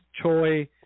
Choi